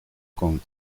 con